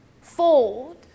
fold